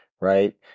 right